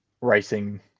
racing